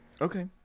Okay